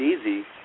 easy